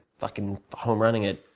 fucking homerunning it,